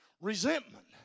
Resentment